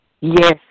Yes